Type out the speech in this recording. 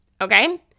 okay